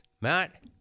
Matt